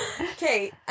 okay